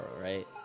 right